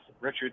Richard